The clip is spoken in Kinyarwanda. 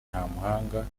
ntamuhanga